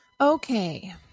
Okay